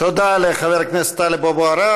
תודה לחבר הכנסת טלב אבו עראר.